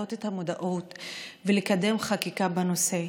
להעלות את המודעות ולקדם חקיקה בנושא.